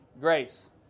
grace